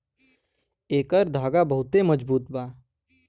एकर धागा बहुते मजबूत बा